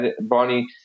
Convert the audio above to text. Bonnie